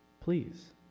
please